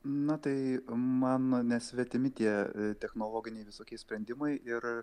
na tai man nesvetimi tie technologiniai visokie sprendimai ir